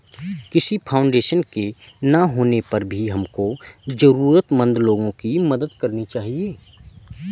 किसी फाउंडेशन के ना होने पर भी हमको जरूरतमंद लोगो की मदद करनी चाहिए